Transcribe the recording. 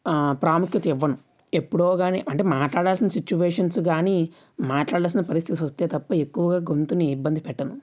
ఆ ప్రాముఖ్యత ఇవ్వను ఎప్పుడో కాని అంటే మాట్లాడాల్సిన సిచ్యువేషన్స్ కాని మాట్లాడాల్సిన పరిస్థితి వస్తే తప్ప ఎక్కువగా గొంతుని ఇబ్బంది పెట్టను